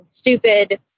stupid